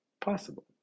possible